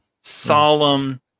solemn